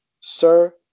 Sir